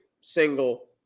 single